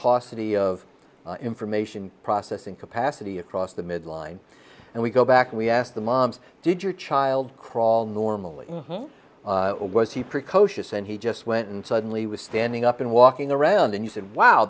paucity of information processing capacity across the midline and we go back we asked the moms did your child crawl normally or was he precocious and he just went and suddenly was standing up and walking around and you said wow